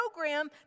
program